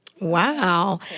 Wow